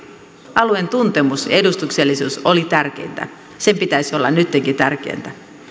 alueen tuntemus ja edustuksellisuus oli tärkeintä sen pitäisi olla nyttenkin tärkeätä